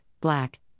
Black